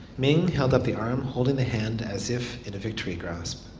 ming held up the arm holding the hand as if in a victory grasp.